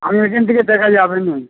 আমি এখান থেকে দেখা যাবে না